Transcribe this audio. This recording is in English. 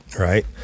right